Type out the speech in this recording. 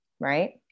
right